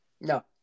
No